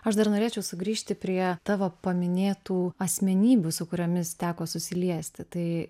aš dar norėčiau sugrįžti prie tavo paminėtų asmenybių su kuriomis teko susiliesti tai